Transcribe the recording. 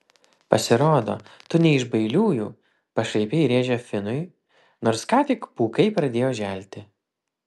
pasirodo tu ne iš bailiųjų pašaipiai rėžė finui nors ką tik pūkai pradėjo želti